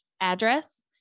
address